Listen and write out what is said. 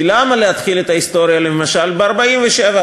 כי למה להתחיל את ההיסטוריה למשל ב-1947,